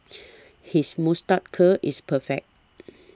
his moustache curl is perfect